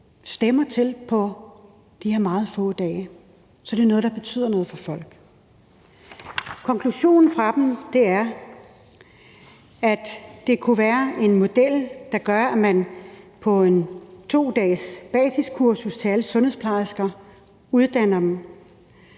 stemmer til på de her meget få dage. Så det er noget, der betyder noget for folk. Konklusionen fra dem er, at det kunne være en model med et 2-dagesbasiskursus til alle sundhedsplejersker, hvor man uddanner dem,